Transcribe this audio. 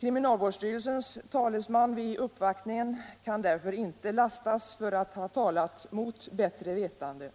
Kriminalvårdsstyrelsens talesman vid uppvaktningen kan därför inte lastas för att ha talat mot bättre vetande.